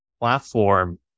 Platform